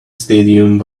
stadium